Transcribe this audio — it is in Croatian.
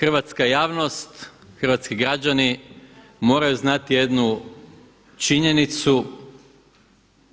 Hrvatska javnost, hrvatski građani moraju znati jednu činjenicu